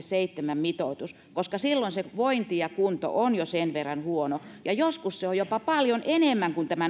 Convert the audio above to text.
seitsemän mitoitus koska silloin se vointi ja kunto on jo sen verran huono ja joskus se on jopa paljon enemmän kuin tämä